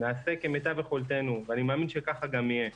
נעשה כמיטב יכולתנו ואני מאמין שככה גם יהיה,